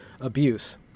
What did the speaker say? abuse